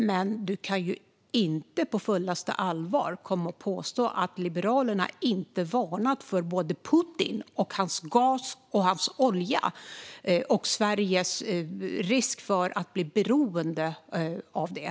Men Åsa Westlund kan inte på fullt allvar påstå att Liberalerna inte varnat för såväl Putin som hans gas och olja och för risken att Sverige skulle bli beroende av det.